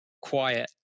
quiet